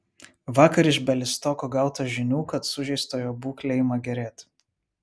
vakar iš bialystoko gauta žinių kad sužeistojo būklė ima gerėti